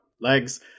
legs